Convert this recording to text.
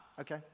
Okay